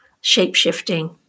shape-shifting